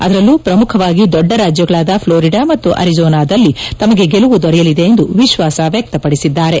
ಅದರಲ್ಲೂ ಪ್ರಮುಖವಾಗಿ ದೊಡ್ಡ ರಾಜ್ಗಳಾದ ಪ್ಲೋರಿಡಾ ಮತ್ತು ಅರಿಜೋನಾದಲ್ಲಿ ತಮಗೆ ಗೆಲುವು ದೊರೆಯಲಿದೆ ಎಂದು ವಿಶ್ವಾಸ ವ್ಯಕ್ತಪಡಿಸಿದ್ದಾರೆ